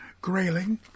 Grayling